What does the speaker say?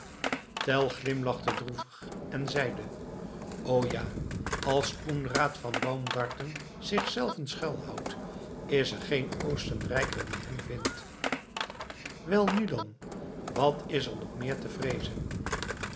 glimlachte droevig en zeide o ja als koenraad van baumgarten zichzelven schuilhoudt is er geen oostenrijker die hem vindt welnu dan wat is er nog meer te vreezen